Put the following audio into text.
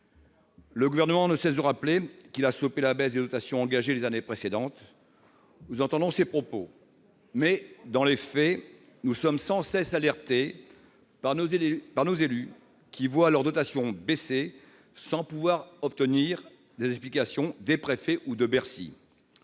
Le Gouvernement ne cesse de rappeler qu'il a stoppé la baisse des dotations engagée les années précédentes. Nous entendons ces propos, mais, dans les faits, nous sommes sans cesse alertés par nos élus qui voient leurs dotations baisser sans pouvoir obtenir d'explications des préfets ou de Bercy